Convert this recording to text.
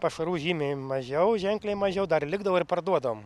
pašarų žymiai mažiau ženkliai mažiau dar likdavo ir parduodavom